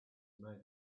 made